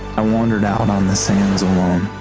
i wandered out on the sands alone,